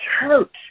church